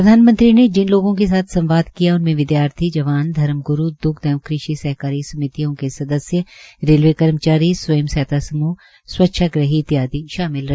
प्रधानमंत्री ने जिन लोगों के साथ संवाद किया उनमें विद्यार्थी जवान धर्मग्रू द्ग्ध एवं कृषि सहकारी समितियों के सदस्य पत्रकार स्थानीय सरकारी प्रतिनिधिगण रेलवे कर्मचारी स्वयं सहायता समूह स्वच्छाग्रही इत्यादि शामिल रहे